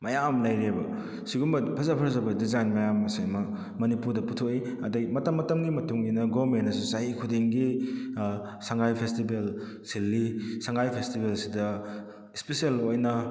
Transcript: ꯃꯌꯥꯝ ꯂꯩꯔꯦꯕ ꯁꯤꯒꯨꯝꯕ ꯐꯖ ꯐꯖꯕ ꯗꯤꯖꯥꯏꯟ ꯃꯌꯥꯝꯑꯁꯤꯃꯛ ꯃꯅꯤꯄꯨꯔꯗ ꯄꯨꯊꯣꯛꯏ ꯑꯗꯨꯗꯩ ꯃꯇꯝ ꯃꯇꯝꯒꯤ ꯃꯇꯨꯡꯏꯟꯅ ꯒꯣꯚꯔꯟꯃꯦꯟꯅꯁꯨ ꯆꯍꯤ ꯈꯨꯗꯤꯡꯒꯤ ꯁꯉꯥꯏ ꯐꯦꯁꯇꯤꯚꯦꯜ ꯁꯤꯜꯂꯤ ꯁꯉꯥꯏ ꯐꯦꯁꯇꯤꯚꯦꯜ ꯑꯁꯤꯗ ꯏꯁꯄꯤꯁꯤꯑꯦꯜ ꯑꯣꯏꯅ